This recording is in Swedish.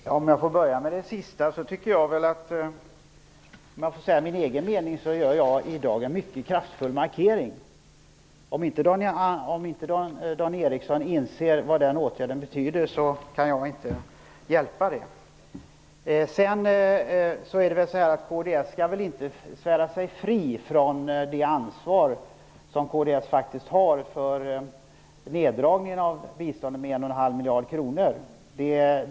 Fru talman! För att börja med det sistnämnda, om jag får säga min egen mening, så gör jag i dag en mycket kraftfull markering. Om inte Dan Ericsson inser vad den åtgärden betyder, så kan jag inte hjälpa det. Kds skall väl inte svära sig fritt från det ansvar som kds faktiskt har för neddragningen av biståndet med 1,5 miljarder kronor.